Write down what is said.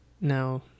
Now